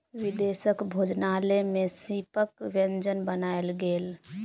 विदेशक भोजनालय में सीपक व्यंजन बनायल गेल